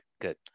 Good